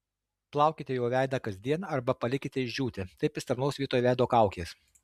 plaukite juo veidą kasdien arba palikite išdžiūti taip jis tarnaus vietoj veido kaukės